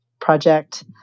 Project